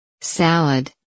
Salad